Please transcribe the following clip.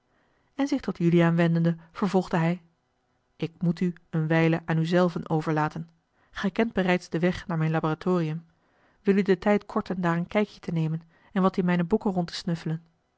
en zich tot juliaan wendende vervolgde hij ik moet u eene wijle aan u zelven overlaten gij kent bereids den weg naar mijn laboratorium wil u den tijd korten daar een kijkje te nemen en wat in mijne boeken rond te snuffelen